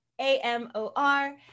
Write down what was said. A-M-O-R